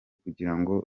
kugirango